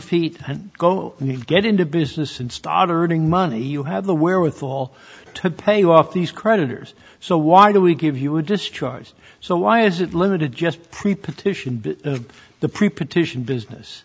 feet and go and get into business and start earning money you have the wherewithal to pay off these creditors so why do we give you a discharge so why is it limited just preposition the pre partition business